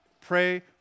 Pray